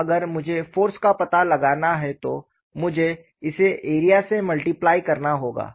तो अगर मुझे फ़ोर्स का पता लगाना है तो मुझे इसे एरिया से मल्टीप्लय करना होगा